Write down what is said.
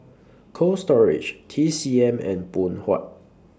Cold Storage T C M and Phoon Huat